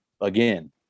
again